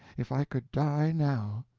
if i could die now.